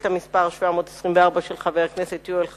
שאילתא מס' 724 של חבר הכנסת יואל חסון,